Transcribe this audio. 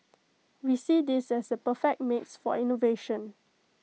we see this as the perfect mix for innovation